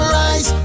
rise